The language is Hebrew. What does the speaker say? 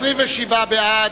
27 בעד,